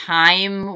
time